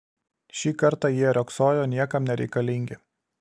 šį kartą jie riogsojo niekam nereikalingi